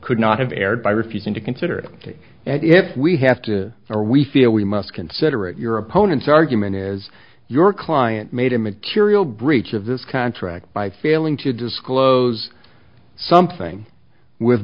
could not have erred by refusing to consider the case if we have to or we feel we must consider it your opponent's argument is your client made a material breach of this contract by failing to disclose something with